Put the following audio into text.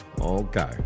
Okay